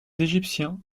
égyptiens